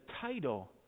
title